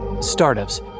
Startups